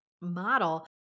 model